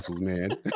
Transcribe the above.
man